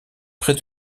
près